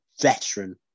veteran